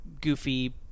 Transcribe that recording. goofy